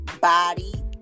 body